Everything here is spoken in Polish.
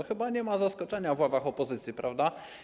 Chyba nie ma zaskoczenia w ławach opozycji, prawda?